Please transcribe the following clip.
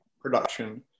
production